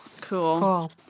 Cool